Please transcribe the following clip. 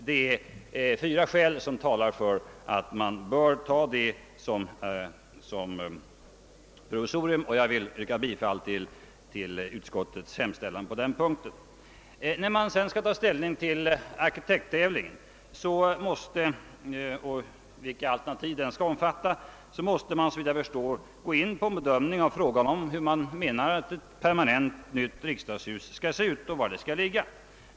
Flera skäl talar alltså för att man bör acceptera detta provisorium, och jag vill yrka bifall till utskottets hemställan på den punkten. När man sedan skall ta ställning till arkitekttävlingen och vilka alternativ den skall omfatta, måste man, såvitt jag förstår, försöka göra en bedömning av frågan hur man anser att ett permanent nytt riksdagshus skall se ut och var det skall ligga.